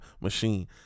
Machine